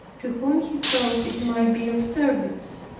to whom he thought it might be of service.